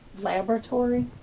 laboratory